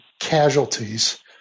casualties